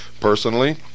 Personally